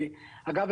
אגב,